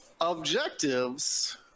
Objectives